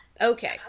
Okay